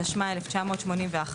התשמ"א 1981,